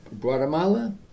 Guatemala